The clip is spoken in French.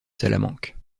salamanque